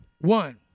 One